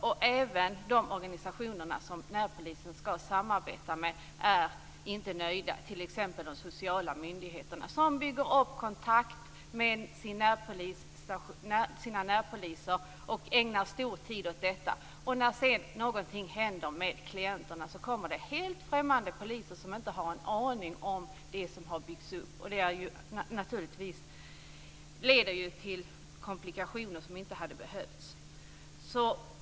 Inte heller de organisationer som närpolisen skall samarbeta med är nöjda, t.ex. de sociala myndigheterna som bygger upp kontakter med sina närpoliser och ägnar stor tid åt detta. När sedan något händer med klienterna kommer det helt främmande poliser som inte har en aning om det som har byggts upp. Det leder naturligtvis till komplikationer som inte hade behövts.